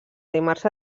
dimarts